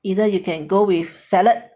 either you can go with salad